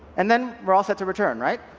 and then we're ah set to return, right?